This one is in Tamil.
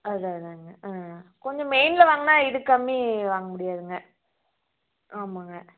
அதான் அதாங்க ஆ கொஞ்சம் மெயின்ல வாங்கினா இதுக்கு கம்மி வாங்க முடியாதுங்க ஆமாங்க